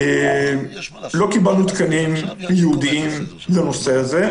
לא קיבלנו תקנים ייעודיים לנושא הזה,